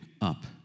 Up